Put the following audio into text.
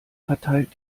verteilte